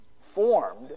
formed